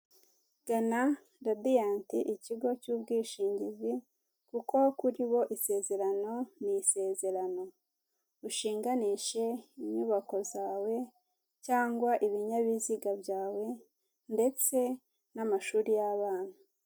Gana radiyanti ikigo cy'ubwishingizi kuko kuri bo isezerano ni isezerano ushinganishe inyubako zawe cyangwa ibinyabiziga byawe, ndetse n'amashuri y'abana.